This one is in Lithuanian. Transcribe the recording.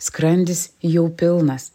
skrandis jau pilnas